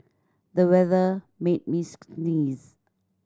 the weather made me sneeze